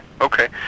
okay